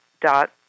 dot